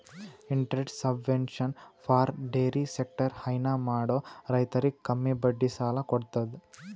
interest subvention for dairy sector ಹೈನಾ ಮಾಡೋ ರೈತರಿಗ್ ಕಮ್ಮಿ ಬಡ್ಡಿ ಸಾಲಾ ಕೊಡತದ್